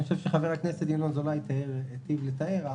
אני חושב שחבר הכנסת אזולאי היטיב לתאר.